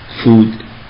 food